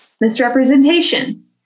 misrepresentation